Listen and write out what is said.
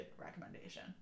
recommendation